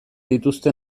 dituzte